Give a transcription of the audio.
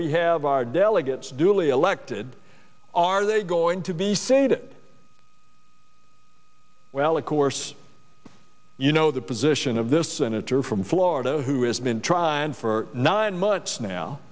we have our delegates duly elected are they going to be seated well of course you know the position of this senator from florida who has been trying for nine months now